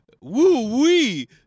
Woo-wee